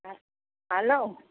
आ हेलो